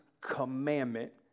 commandment